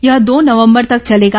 यह दो नवम्बर तक चलेगा